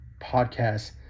podcast